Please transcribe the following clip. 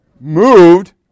Moved